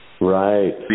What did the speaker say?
Right